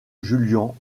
julian